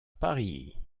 paris